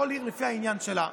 כל עיר לפי העניין שלה.